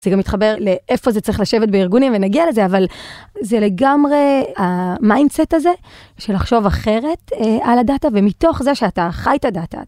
זה גם מתחבר לאיפה זה צריך לשבת בארגונים ונגיע לזה, אבל זה לגמרי המיינדסט הזה של לחשוב אחרת על הדאטה ומתוך זה שאתה חי את הדאטה.